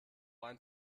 ein